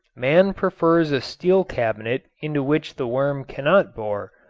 man prefers a steel cabinet into which the worm cannot bore.